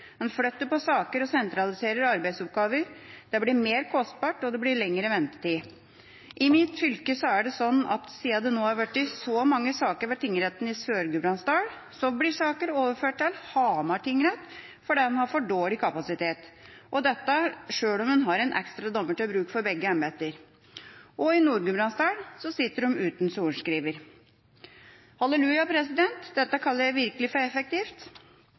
en flytter på saker og sentraliserer arbeidsoppgaver. Det blir mer kostbart, og det blir lengre ventetid. I mitt fylke er det sånn at siden det nå har blitt så mange saker ved tingretten i Sør-Gudbrandsdal, blir saker overført til tingretten på Hamar fordi en har for dårlig kapasitet – og dette sjøl om en har en ekstra dommer til bruk for begge embeter. Og i Nord-Gudbrandsdalen sitter de uten sorenskriver. Halleluja, president – dette kaller jeg virkelig for effektivt.